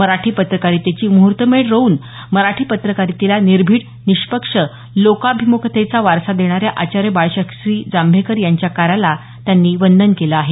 मराठी पत्रकारितेची मुहूर्तमेढ रोवून मराठी पत्रकारितेला निर्भिड निष्पक्ष लोकाभिमुखतेचा वारसा देणाऱ्या आचार्य बाळशास्त्री जांभेकर यांच्या कार्याला त्यांनी वंदन केलं आहे